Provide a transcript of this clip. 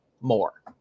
more